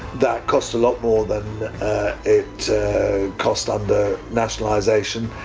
that costs a lot more than it cost under nationalization.